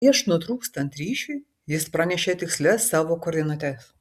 prieš nutrūkstant ryšiui jis pranešė tikslias savo koordinates